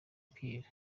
pierre